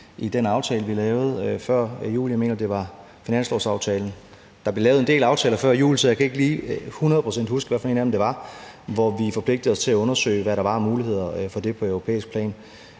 i den aftale, vi lavede før jul – jeg mener, det var finanslovsaftalen; der blev lavet en del aftaler før jul, så jeg kan ikke lige hundrede procent huske, hvad for en af dem det var – hvor vi forpligtede os til at undersøge, hvad der var af muligheder for det på europæisk plan.